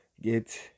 Get